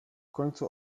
końcu